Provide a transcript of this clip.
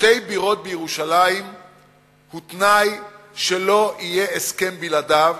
שתי בירות בירושלים הוא תנאי שלא יהיה הסכם בלעדיו.